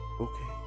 Okay